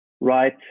right